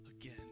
again